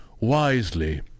wisely